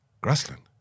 grassland